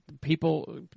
people